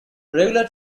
regular